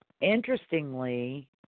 interestingly